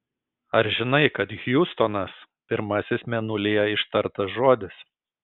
ar žinai kad hjustonas pirmasis mėnulyje ištartas žodis